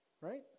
Right